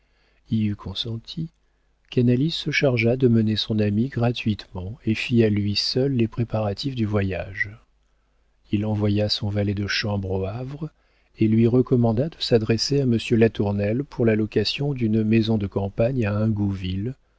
y eut consenti canalis se chargea de mener son ami gratuitement et fit à lui seul les préparatifs du voyage il envoya son valet de chambre au havre et lui recommanda de s'adresser à monsieur latournelle pour la location d'une maison de campagne à